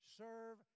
serve